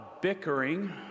bickering